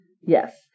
Yes